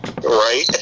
right